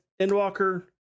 Endwalker